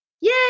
Yay